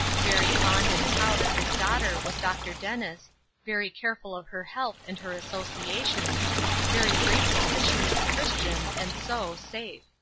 very fond and proud of his daughter was dr. dennis very careful of her health and her associations very grateful that she was a christian, and so, safe.